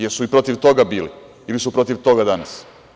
Da li su protiv toga bili ili su protiv toga danas?